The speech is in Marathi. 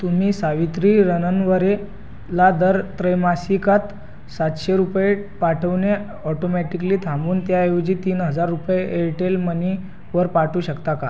तुम्ही सावित्री रननवरेला दर त्रैमासिकात सातशे रुपये पाठवणे ऑटोमॅटिकली थांबवून त्याऐवजी तीन हजार रुपये एअरटेल मनीवर पाठवू शकता का